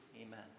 Amen